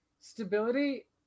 stability